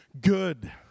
good